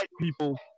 people